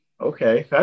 Okay